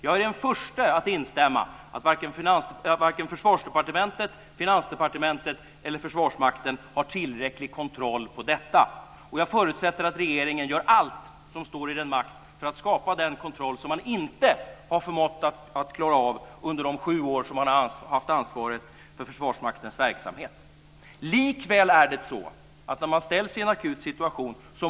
Jag är den förste att instämma i att varken Försvarsdepartementet, Finansdepartementet eller Försvarsmakten har tillräcklig kontroll över detta. Jag förutsätter att regeringen gör allt som står i dess makt för att skapa den kontroll som man inte har förmått att ha under de sju år som man har haft ansvaret för Försvarsmaktens verksamhet. Likväl måste man välja när man ställs i en akut situation.